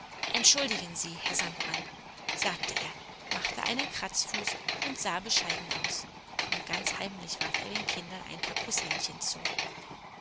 entschuldigen sie herr sandmann sagte er machte einen kratzfuß und sah bescheiden aus nur ganz heimlich warf er den kindern ein paar kußhändchen zu